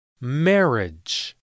Marriage